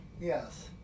yes